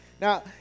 Now